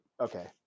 okay